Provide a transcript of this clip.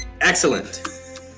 Excellent